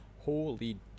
Holy